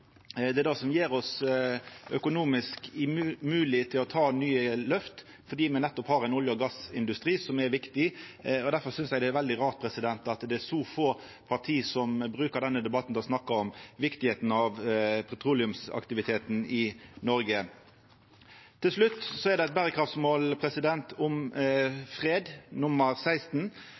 Det er det som gjer det økonomisk mogleg for oss å ta nye løft, at me nettopp har ein olje- og gassindustri, som er viktig. Derfor synest eg det er veldig rart at det er så få parti som brukar denne debatten til å snakka om viktigheita av petroleumsaktiviteten i Noreg. Til slutt: Det er eit berekraftsmål om fred, nummer 16,